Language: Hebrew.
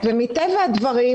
ומטבע הדברים